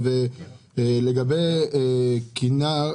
לגבי כינר,